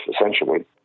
essentially